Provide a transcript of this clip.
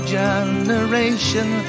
generation